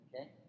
okay